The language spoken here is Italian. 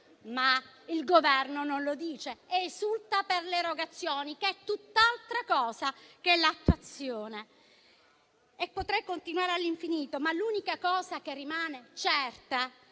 ma il Governo non lo dice ed esulta per le erogazioni, che è tutt'altra cosa che l'attuazione. E potrei continuare all'infinito, ma l'unica cosa che rimane certa